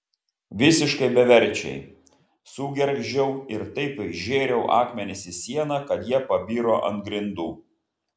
visiškai beverčiai sugergždžiau ir taip žėriau akmenis į sieną kad jie pabiro ant grindų